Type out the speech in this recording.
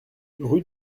rue